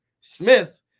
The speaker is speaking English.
Smith